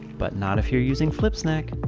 but not if you're using flipsnack.